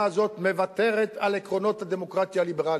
הזאת מוותרת על עקרונות הדמוקרטיה הליברלית.